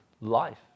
life